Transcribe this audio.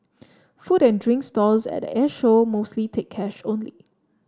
food and drink stalls at the Airshow mostly take cash only